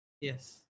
yes